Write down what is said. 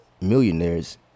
millionaires